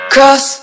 Cross